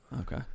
Okay